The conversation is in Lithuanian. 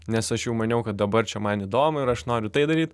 nes aš jau maniau kad dabar čia man įdomu ir aš noriu tai daryt